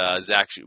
Zach